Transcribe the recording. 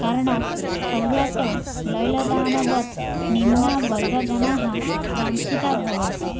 कारणात् खल्वाटे लैलदानवत् निम्नवर्गजनाः बाञ्छिता भवन्ति